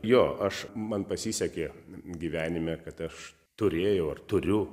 jo aš man pasisekė gyvenime kad aš turėjau ar turiu